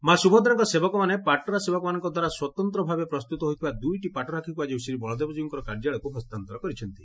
ମା ସୁଭଦ୍ରାଙ୍କ ସେବକମାନେ ପାଟରା ସେବକମାନଙ୍କ ଦ୍ୱାରା ସ୍ୱତନ୍ତ ଭାବେ ପ୍ରସ୍ତୁତ ହୋଇଥିବା ଦୁଇଟି ପାଟରାକ୍ଷୀଙ୍କ ଆକି ଶ୍ରୀବଳଦେବଙ୍କୀଉଙ୍କର କାର୍ଯ୍ୟାଳୟକୁ ହସ୍ତାନ୍ତର କରିଛନ୍ତି